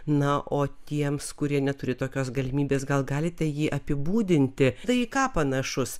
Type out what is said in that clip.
na o tiems kurie neturi tokios galimybės gal galite jį apibūdinti tai į ką panašus